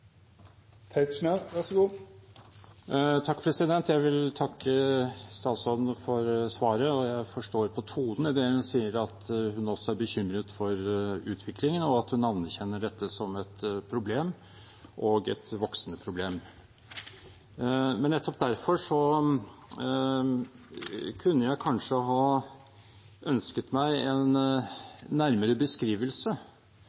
Jeg vil takke statsråden for svaret, og jeg forstår på tonen i det hun sier, at hun også er bekymret for utviklingen, og at hun anerkjenner dette som et problem, og et voksende problem. Nettopp derfor kunne jeg kanskje ha ønsket meg en